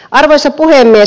arvoisa puhemies